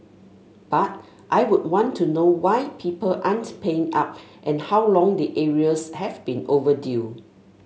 but I would want to know why people aren't paying up and how long the arrears have been overdue